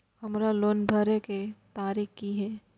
हमर लोन भरय के तारीख की ये?